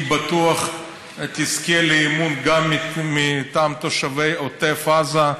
היא בטוח תזכה לאמון גם מטעם תושבי עוטף עזה.